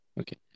okay